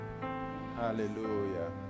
Hallelujah